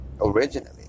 originally